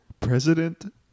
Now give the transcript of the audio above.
President